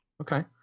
Okay